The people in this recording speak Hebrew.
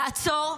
לעצור,